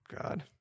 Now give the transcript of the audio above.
God